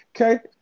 okay